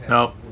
Nope